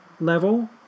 level